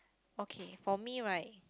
okay for me right